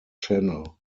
channel